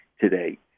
today